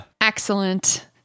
Excellent